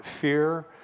fear